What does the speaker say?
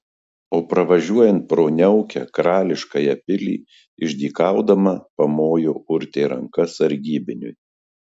o pravažiuojant pro niaukią karališkąją pilį išdykaudama pamojo urtė ranka sargybiniui